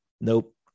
Nope